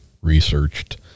researched